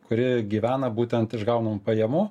kuri gyvena būtent iš gaunamų pajamų